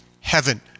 heaven